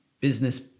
business